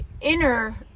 inner